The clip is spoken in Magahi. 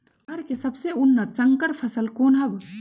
अरहर के सबसे उन्नत संकर फसल कौन हव?